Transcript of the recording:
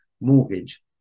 mortgage